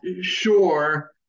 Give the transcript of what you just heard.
sure